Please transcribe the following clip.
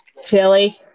Chili